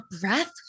breath